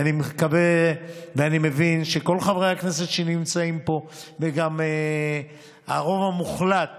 ואני מקווה ואני מבין שכל חברי הכנסת שנמצאים פה וגם הרוב המוחלט